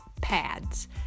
pads